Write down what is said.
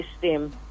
system